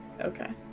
okay